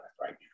right